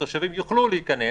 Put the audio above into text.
התושבים יוכלו להיכנס